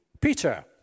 Peter